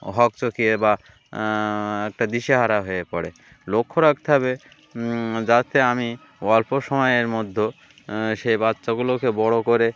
হক চকিয়ে বা একটা দিশে হারা হয়ে পড়ে লক্ষ্য রাখতে হবে যাতে আমি অল্প সময়ের মধ্যে সেই বাচ্চাগুলোকে বড়ো করে